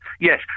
Yes